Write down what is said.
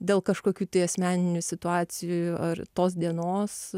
dėl kažkokių tai asmeninių situacijų ar tos dienos